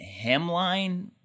hemline